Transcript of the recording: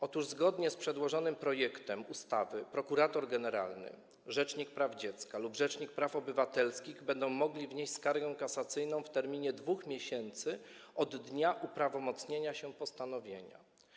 Otóż zgodnie z przedłożonym projektem ustawy prokurator generalny, rzecznik praw dziecka lub rzecznik praw obywatelskich będą mogli wnieść skargę kasacyjną w terminie 2 miesięcy od dnia uprawomocnienia się postanowienia.